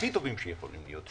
הכי טובים שיכולים להיות,